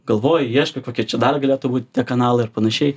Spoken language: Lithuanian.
galvoji ieškai kokie čia dar galėtų būt tie kanalai ir panašiai